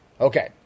Okay